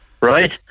right